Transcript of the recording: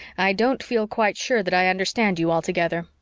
i don't feel quite sure that i understand you altogether,